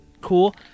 cool